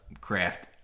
craft